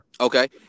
Okay